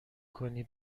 کنی